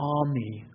army